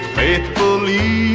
faithfully